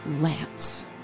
Lance